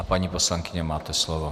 Paní poslankyně, máte slovo.